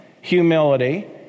humility